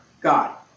God